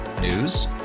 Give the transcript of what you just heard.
News